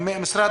משרד